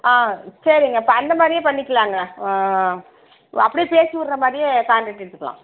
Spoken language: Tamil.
ஆ சரிங்க இப்போ அந்த மாதிரியே பண்ணிக்கலாங்க ஆ அப்படியே பேசி விட்ற மாதிரியே கான்ட்ரெக்ட் எடுத்துக்கலாம்